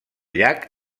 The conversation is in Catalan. llac